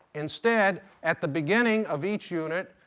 instead, at the beginning of each unit,